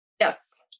Yes